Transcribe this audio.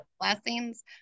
blessings